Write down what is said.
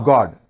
God